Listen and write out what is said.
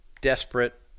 Desperate